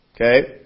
Okay